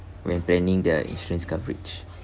when planning their insurance coverage